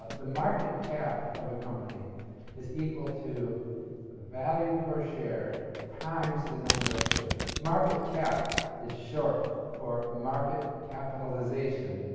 the market cap of a company is equal to the value per share times the number of shares. market cap is short for market capitalization,